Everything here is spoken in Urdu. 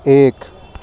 ایک